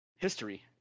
history